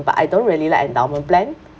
but I don't really like endowment plan